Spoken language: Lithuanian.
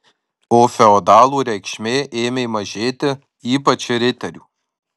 o feodalų reikšmė ėmė mažėti ypač riterių